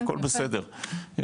הכל בסדר,